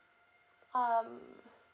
um